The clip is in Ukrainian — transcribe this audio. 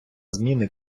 зміни